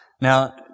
Now